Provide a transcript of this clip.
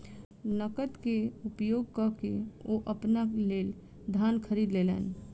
नकद के उपयोग कअ के ओ अपना लेल धान खरीद लेलैन